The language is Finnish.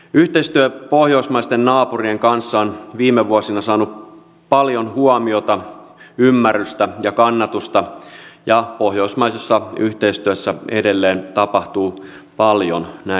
yhteistyö pohjoismaisten naapurien kanssa on viime vuosina saanut paljon huomiota ymmärrystä ja kannatusta ja pohjoismaisessa yhteistyössä edelleen tapahtuu paljon näinä päivinä